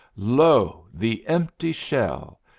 lo, the empty shell!